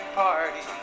party